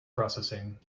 processing